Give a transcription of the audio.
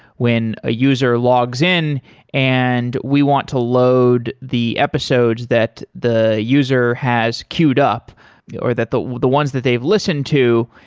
when a user logs in and we want to load the episodes that the user has queued up or that the the ones that they've listened to,